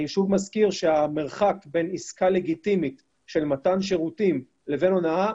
אני שוב מזכיר שהמרחק בין עסקה לגיטימית של מתן שירותים לבין הונאה,